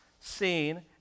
seen